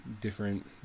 different